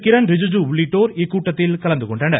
கிரண் ரிஜுஜு உள்ளிட்டோர் இக்கூட்டத்தில் கலந்துகொண்டனர்